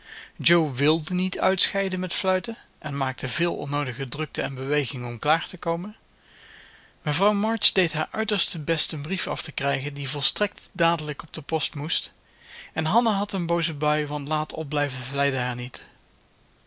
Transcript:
jo wilde niet uitscheiden met fluiten en maakte veel onnoodige drukte en beweging om klaar te komen mevrouw march deed haar uiterste best een brief af te krijgen die volstrekt dadelijk op de post moest en hanna had een booze bui want laat opblijven vleide haar niet